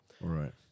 Right